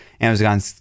Amazon